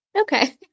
Okay